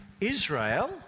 Israel